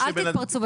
אל תתפרצו.